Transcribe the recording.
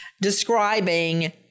describing